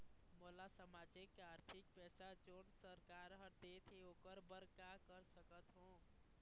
मोला सामाजिक आरथिक पैसा जोन सरकार हर देथे ओकर बर का कर सकत हो?